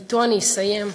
ואתו אני אסיים,